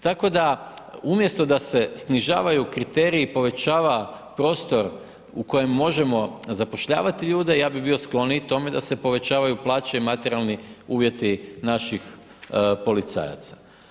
Tako da umjesto da se snižavaju kriteriji i povećava prostor u kojem možemo zapošljavati ljude, ja bi bio skloniji tome da se povećavaju plaće i materijalni uvjeti naših policajaca.